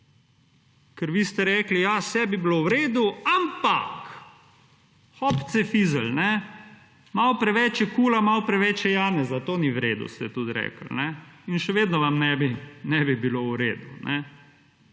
ker vi ste rekli, ja vse bi bilo v redu, ampak, hop cefizl, malo preveč je KUL-a, malo preveč je Janeza. To ni v redu, ste tudi rekli. In še vedno vam ne bi bilo v redu.